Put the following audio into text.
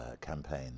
campaign